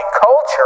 culture